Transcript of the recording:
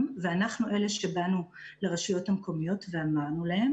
ואנחנו אלה שבאנו לרשויות המקומיות ואמרנו להן